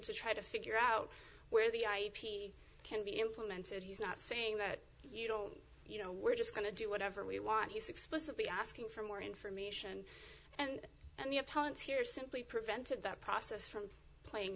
to try to figure out where the ip can be implemented he's not saying that you don't you know we're just going to do whatever we want he's explicitly asking for more information and and the opponents here simply prevented that process from playing